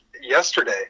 yesterday